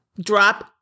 drop